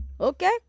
Okay